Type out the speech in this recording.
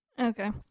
Okay